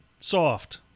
soft